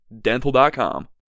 dental.com